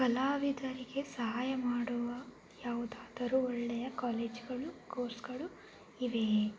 ಕಲಾವಿದರಿಗೆ ಸಹಾಯ ಮಾಡುವ ಯಾವುದಾದರೂ ಒಳ್ಳೆಯ ಕಾಲೇಜ್ಗಳು ಕೋರ್ಸ್ಗಳು ಇವೆಯೇ